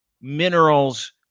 minerals